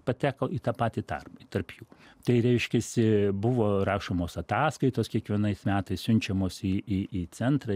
pateko į tą patį tarpą tarp jų tai reiškiasi buvo rašomos ataskaitos kiekvienais metais siunčiamos į į į centrą